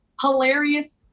hilarious